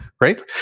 right